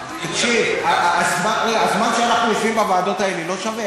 תקשיב, הזמן שאנחנו יושבים בוועדות האלה לא שווה?